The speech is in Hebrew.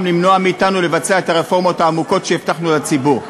למנוע מאתנו לבצע את הרפורמות העמוקות שהבטחנו לציבור.